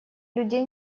людей